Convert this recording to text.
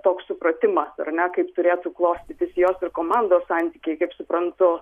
toks supratimas ar ne kaip turėtų klostytis jos ir komandos santykiai kaip suprantu